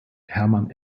hermann